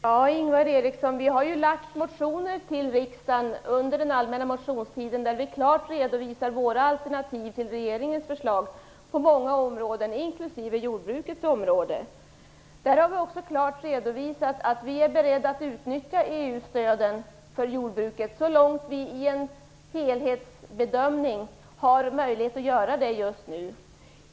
Fru talman! Vi har väckt motioner i riksdagen under den allmänna motionstiden där vi klart redovisar våra alternativ till regeringens förslag på många områden, inklusive jordbrukets område. Vi har också klart redovisat att vi är beredda att utnyttja EU-stöden för jordbruket så långt vi i en helhetsbedömning har möjlighet att göra det just nu.